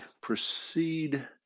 proceed